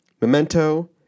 Memento